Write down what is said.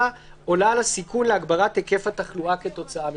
עולה על הסיכון להגברת היקף התחלואה כתוצאה ממנו.